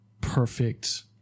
perfect